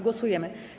Głosujemy.